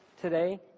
today